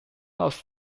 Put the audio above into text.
host